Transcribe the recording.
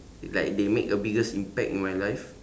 like they make a biggest impact in my life